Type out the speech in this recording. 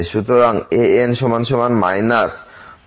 সুতরাং an 4n2